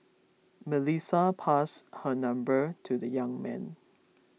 Melissa passed her number to the young man